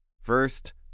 First